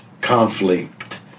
conflict